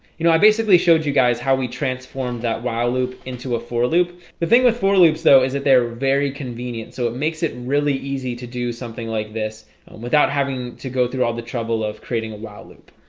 you know i basically showed you guys how we transform that while loop into a for loop the thing with for loops though is that they're very convenient so it makes it really easy to do something like this without having to go through all the trouble of creating a while loop